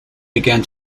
began